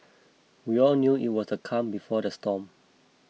we all knew it was a calm before the storm